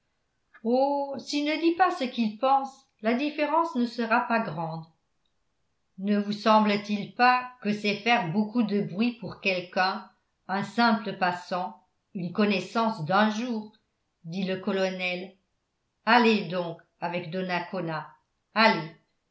oh s'il ne dit pas ce qu'il pense la différence ne sera pas grande ne vous semble-t-il pas que c'est faire beaucoup de bruit pour quelqu'un un simple passant une connaissance d'un jour dit le colonel allez donc avec donacona allez